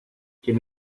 quien